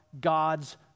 God's